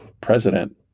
president